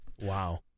Wow